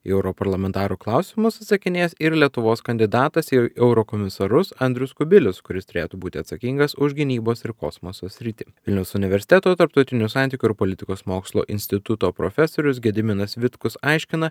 į europarlamentarų klausimus atsakinės ir lietuvos kandidatas į eu eurokomisarus andrius kubilius kuris turėtų būti atsakingas už gynybos ir kosmoso sritį vilniaus universiteto tarptautinių santykių ir politikos mokslo instituto profesorius gediminas vitkus aiškina